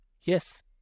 yes